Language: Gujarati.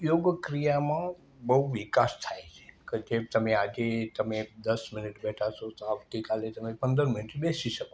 યોગક્રિયામાં બહું વિકાસ થાય છે કે જેમ તમે આજે તમે દસ મિનિટ બેઠા છો તો આવતી કાલે તમે પંદર મિનિટ બેસી શકો